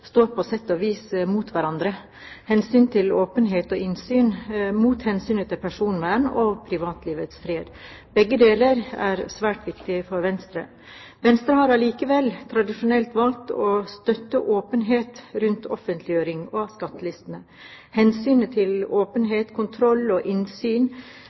står på sett og vis mot hverandre: hensynet til åpenhet og innsyn mot hensynet til personvern og privatlivets fred. Begge deler er svært viktig for Venstre. Venstre har allikevel tradisjonelt valgt å støtte åpenhet rundt offentliggjøring av skattelistene. Hensynet til åpenhet, kontroll, innsyn